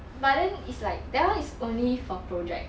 but then is like that [one] is only for project